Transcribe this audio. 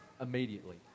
immediately